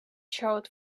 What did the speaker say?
showed